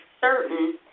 certain